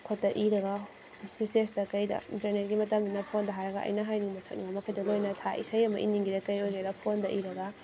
ꯐꯠ ꯐꯠ ꯏꯔꯒ ꯃꯦꯁꯦꯖꯇ ꯀꯩꯗ ꯏꯟꯇꯔꯅꯦꯠꯀꯤ ꯃꯇꯝꯅꯤꯅ ꯐꯣꯟꯗ ꯍꯥꯏꯔꯒ ꯑꯩꯅ ꯍꯥꯏꯅꯤꯡꯕ ꯁꯛꯅꯤꯡꯕ ꯃꯈꯩꯗꯣ ꯂꯣꯏꯅ ꯊꯥꯏ ꯏꯁꯩ ꯑꯃ ꯏꯅꯤꯡꯒꯦꯔꯥ ꯀꯩ ꯑꯣꯏꯒꯦꯔꯥ ꯐꯣꯟꯗ ꯏꯔꯒ